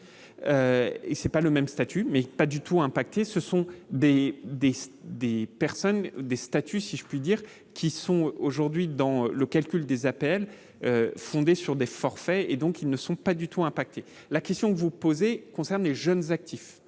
ce n'est pas le même statut, mais pas du tout impacté ce sont des, des, des personnes, des statuts, si je puis dire, qui sont aujourd'hui dans le calcul des appels fondée sur des forfaits et donc ils ne sont pas du tout impacté la question que vous posez concerne les jeunes actifs